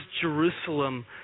Jerusalem